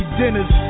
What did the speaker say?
dinners